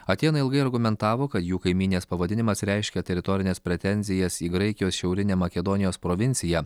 atėnai ilgai argumentavo kad jų kaimynės pavadinimas reiškia teritorines pretenzijas į graikijos šiaurinę makedonijos provinciją